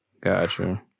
Gotcha